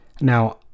Now